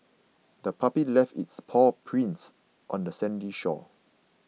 the puppy left its paw prints on the sandy shore